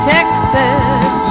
Texas